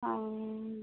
অঁ